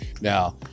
now